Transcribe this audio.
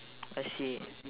lets see it